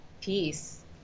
Peace